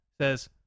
says